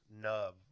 nub